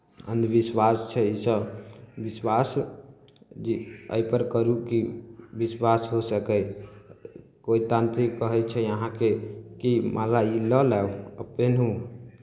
अन्धविश्वास छै इसभ विश्वास जे एहिपर करू कि विश्वास हो सकय कोइ तान्त्रिक कहै छै अहाँके कि माला ई लऽ लए आ पेन्हू